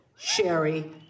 Sherry